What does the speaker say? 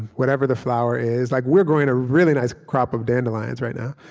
whatever the flower is. like we're growing a really nice crop of dandelions right now